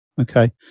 okay